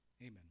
Amen